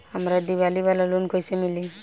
हमरा दीवाली वाला लोन कईसे मिली?